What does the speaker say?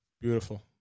Beautiful